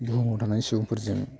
बुहुमाव थानाय सुबुंफोरजों